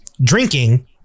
drinking